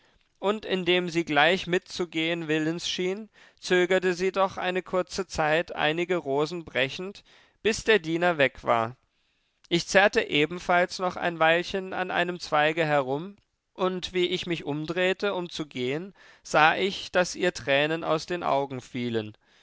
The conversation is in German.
und indem sie gleich mitzugehen willens schien zögerte sie doch eine kurze zeit einige rosen brechend bis der diener weg war ich zerrte ebenfalls noch ein weilchen an einem zweige herum und wie ich mich umdrehte um zu gehen sah ich daß ihr tränen aus den augen fielen